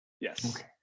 Yes